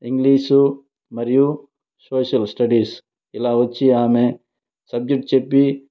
English మరియు social studies ఇలా వచ్చి ఆమె సబ్జెక్ట్ చెప్పి